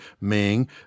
Ming